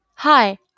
Hi